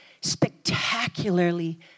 spectacularly